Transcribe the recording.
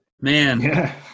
Man